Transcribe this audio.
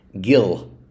gill